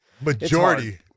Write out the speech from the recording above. Majority